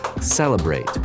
Celebrate